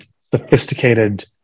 sophisticated